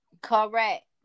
correct